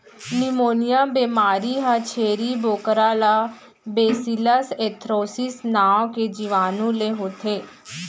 pneumonia बेमारी ह छेरी बोकरा ला बैसिलस एंथ्रेसिस नांव के जीवानु ले होथे